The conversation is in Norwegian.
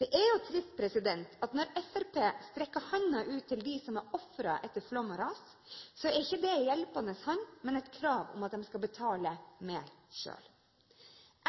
Det er jo trist at når Fremskrittspartiet strekker hånden ut til dem som er ofre etter flom og ras, er det ikke en hjelpende hånd, men et krav om at de skal betale mer selv.